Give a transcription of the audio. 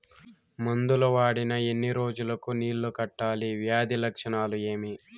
మందులు వాడిన ఎన్ని రోజులు కు నీళ్ళు కట్టాలి, వ్యాధి లక్షణాలు ఏమి?